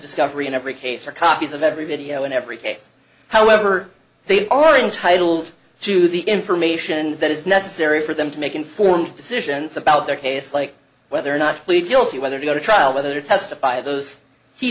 discovery in every case or copies of every video in every case however they are entitled to the information that is necessary for them to make informed decisions about their case like whether or not plead guilty whether to go to trial whether to testify